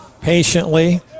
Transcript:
patiently